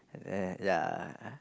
uh ya